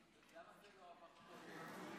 למה זה לא עבר פה לפני שנה?